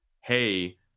Hey